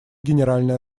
генеральная